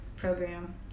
program